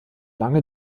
lange